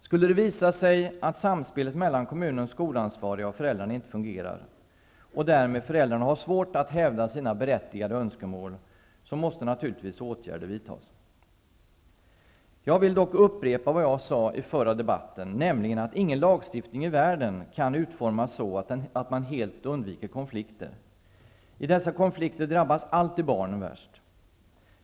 Skulle det visa sig att samspelet mellan kommunens skolansvariga och föräldrarna inte fungerar och att föräldrarna därmed har svårt att hävda sina berättigade önskemål måste naturligtvis åtgärder vidtas. Jag vill dock upprepa vad jag sade i den förra debatten, nämligen att ingen lagstiftning i världen kan utformas så att man helt undviker konflikter. I dessa konflikter drabbas alltid barnen värst.